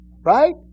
right